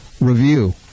Review